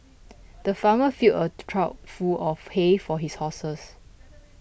the farmer filled a trough full of hay for his horses